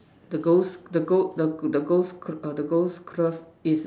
the girl's the girl's the the girls uh the girl's glove is